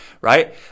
right